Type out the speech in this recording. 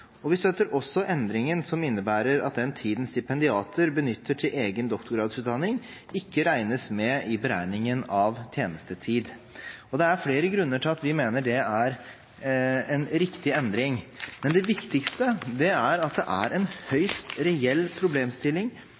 utdanningstilbydere. Vi støtter også endringen som innebærer at den tiden stipendiater benytter til egen doktorgradsutdanning, ikke regnes med i beregningen av tjenestetid. Det er flere grunner til at vi mener det er en riktig endring. Men det viktigste er at det er en høyst reell problemstilling